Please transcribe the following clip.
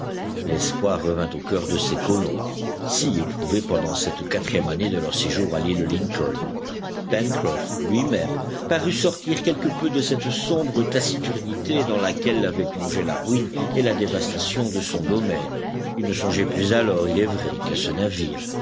l'espoir revint au coeur de ces colons si éprouvés pendant cette quatrième année de leur séjour à l'île lincoln pencroff luimême parut sortir quelque peu de cette sombre taciturnité dans laquelle l'avaient plongé la ruine et la dévastation de son domaine il ne songeait plus alors il est vrai qu'à ce navire